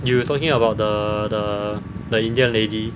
you were talking about the the indian lady